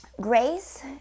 Grace